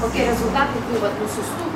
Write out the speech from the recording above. kokie rezultatai buvo tų išsiųstų